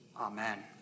Amen